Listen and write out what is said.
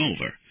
over